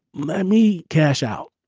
let me cash out.